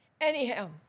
Anyhow